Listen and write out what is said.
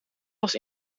was